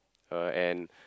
uh and